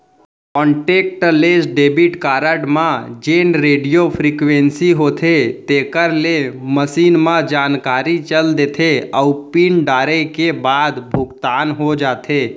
contactless debit card म जेन radio frequency होथे तेकर ले मसीन म जानकारी चल देथे अउ पिन डारे के बाद भुगतान हो जाथे